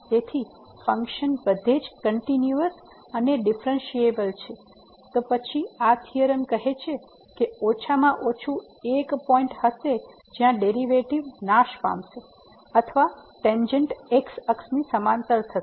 તેથી ફંક્શન બધે જ કંટીન્યુયસ અને ડીફ્રેનસીએબલ છે તો પછી આ થીયોરમ કહે છે કે ઓછામાં ઓછું એક પોઈન્ટ હશે જ્યાં ડેરિવેટીવ નાશ પામશે અથવા ટેંજેન્ટ x axis ની સમાંતર હશે